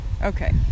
okay